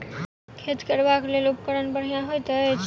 खेत कोरबाक लेल केँ उपकरण बेहतर होइत अछि?